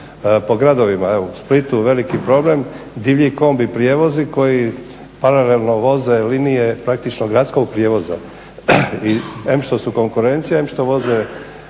po gradovima. Evo u Splitu veliki problem divlji kombi prijevozi koji paralelno voze linije praktično gradskog prijevoza. I em što su konkurencija em što voze